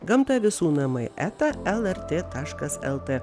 gamta visų namai eta lrt taškas lt